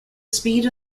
speed